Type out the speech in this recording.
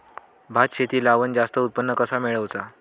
भात शेती लावण जास्त उत्पन्न कसा मेळवचा?